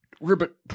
Ribbit